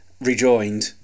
Rejoined